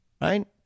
right